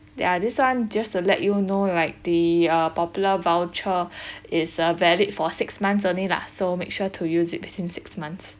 ya this [one] just to let you know like the uh Popular voucher is uh valid for six months only lah so make sure to use it between six months